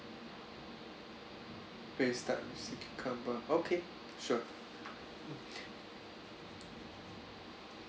braised duck with sea cucumber okay sure